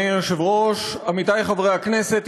עמיתי חברי הכנסת,